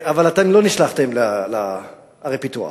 אבל אתם לא נשלחתם לערי פיתוח.